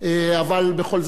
אבל בכל זאת,